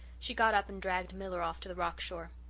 she got up and dragged miller off to the rock-shore.